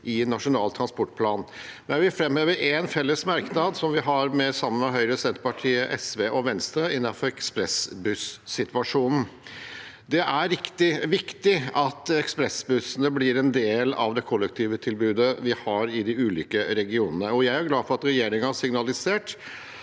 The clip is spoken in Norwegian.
i Nasjonal transportplan. Jeg vil framheve en felles merknad som vi har sammen med Høyre, Senterpartiet, SV og Venstre om ekspressbussituasjonen. Det er viktig at ekspressbussene blir en del av det kollektivtilbudet vi har i de ulike regionene, og jeg er glad for at regjeringen har signalisert